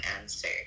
answer